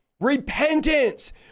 Repentance